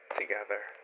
together